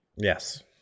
Yes